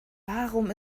warum